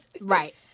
Right